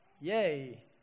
Yay